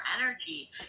energy